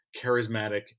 charismatic